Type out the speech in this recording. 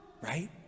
right